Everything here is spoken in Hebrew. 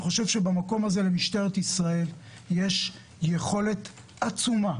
למשטרת ישראל במקום הזה יש יכולת עצומה